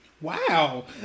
Wow